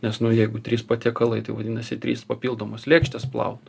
nes nu jeigu trys patiekalai tai vadinasi trys papildomos lėkštės plaut